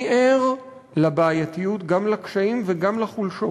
אני ער לבעייתיות, גם לקשיים וגם לחולשות.